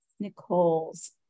Nicole's